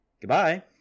Goodbye